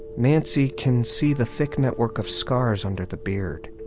mansi can see the thick network of scars under the beard.